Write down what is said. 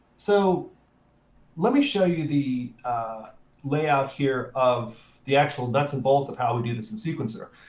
so let me show you the layout here of the actual nuts and bolts of how we do this in sequencer.